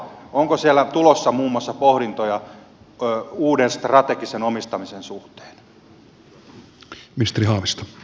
onko siellä tulossa muun muassa pohdintoja uuden strategisen omistamisen suhteen